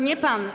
Nie pan.